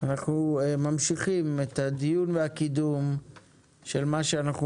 אנחנו ממשיכים את הדיון והקידום של מה שאנחנו